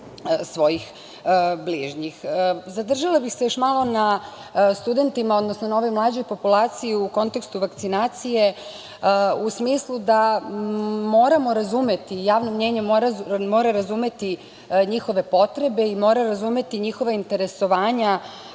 svojih bližnjih. Zadržala bih se još malo na studentima, odnosno na ovoj mlađoj populaciji u kontekstu vakcinacije, u smislu da moramo razumeti, javno mnjenje mora razumeti njihove potrebe i mora razumeti njihova interesovanja